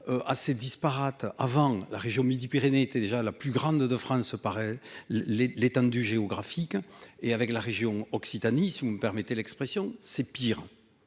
Assez disparates avant la région Midi-Pyrénées était déjà la plus grande de France paraît. Les l'étendue géographique et avec la région Occitanie, si vous me permettez l'expression, c'est pire.